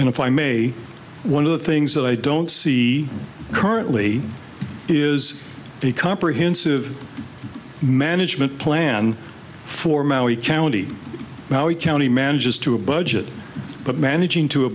and if i may one of the things that i don't see currently is a comprehensive management plan for maui county now county manages to a budget but managing to a